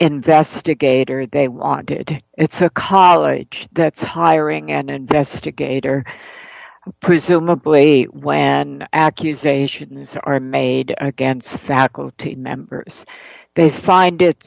investigator they want to it's a college that's hiring an investigator presumably and accusations are made against faculty members they find it